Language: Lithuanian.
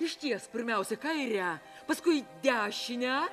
ištiesk pirmiausia kairę paskui dešinę